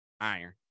iron